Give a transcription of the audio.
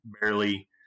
barely